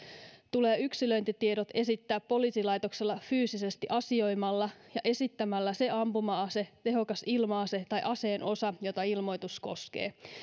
tulee yksilöintitiedot esittää poliisilaitoksella fyysisesti asioimalla ja esittämällä se ampuma ase tehokas ilma ase tai aseen osa jota ilmoitus koskee